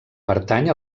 pertany